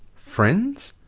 friends?